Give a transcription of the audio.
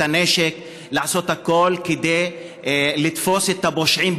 הנשק ולעשות הכול כדי לתפוס את הפושעים,